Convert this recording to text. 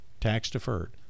tax-deferred